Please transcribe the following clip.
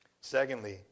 Secondly